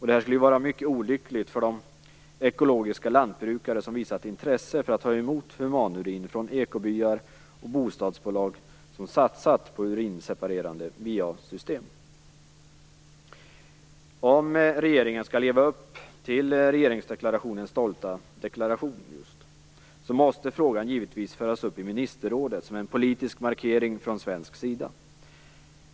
Det skulle vara mycket olyckligt för de ekologiskt odlande lantbrukare som visat intresse för att ta emot humanurin från ekobyar och bostadsbolag som satsat på urinseparerande VA-system. Om regeringen skall leva upp till regeringsdeklarationens stolta deklaration måste frågan givetvis föras upp i ministerrådet som en politisk markering från svenska sida.